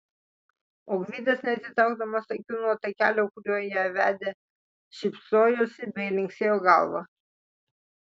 o gvidas neatitraukdamas akių nuo takelio kuriuo ją vedė šypsojosi bei linksėjo galva